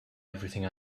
everything